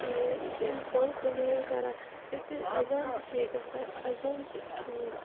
یہِ چھُ أمِس پانَس کُن مٲیِل کَران یِتھُے اَذان تہِ چھِ یہِ گژھان اَذان چھِ